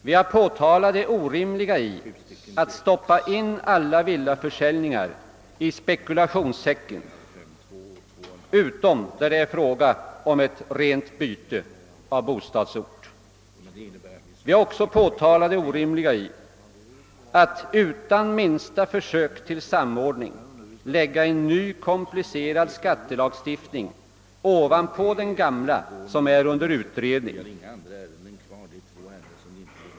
Vi har påtalat det orimliga i att stoppa in alla villaförsäljningar i spekulationssäcken, utom där det är fråga om ett rent byte av bostadsort. Vi har också påtalat det orimliga i att utan minsta försök till samordning lägga en ny, komplicerad skattelagstiftning ovanpå den gamla som är under utredning.